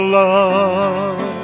love